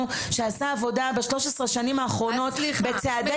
שעשה עבודה ב-13 השנים האחרונות והתקדם בצעדי